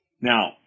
Now